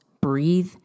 breathe